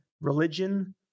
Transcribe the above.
religion